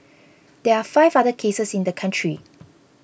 there are five other cases in the country